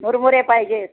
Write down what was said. मुरमरे पाहिजेत